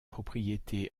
propriétés